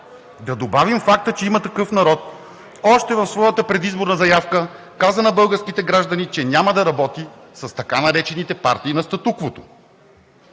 Да добавим и факта, че „Има такъв народ“ още в своята предизборна заявка каза на българските граждани, че няма да работи с така наречените партии на статуквото.